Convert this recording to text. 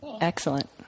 excellent